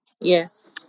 Yes